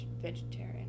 vegetarian